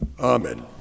Amen